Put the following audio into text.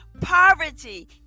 poverty